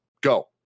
Go